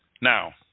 Now